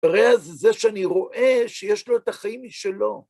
רע זה זה שאני רואה שיש לו את החיים שלו.